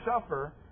suffer